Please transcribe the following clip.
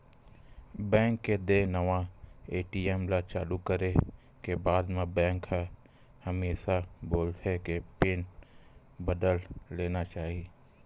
bank के देय नवा ए.टी.एम ल चालू करे के बाद म बेंक ह हमेसा बोलथे के पिन बदल लेना चाही